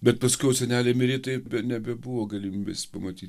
bet paskiau senelė mirė tai be nebebuvo galimybės pamaty